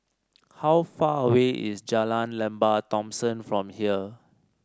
how far away is Jalan Lembah Thomson from here